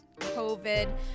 COVID